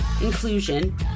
inclusion